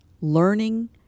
learning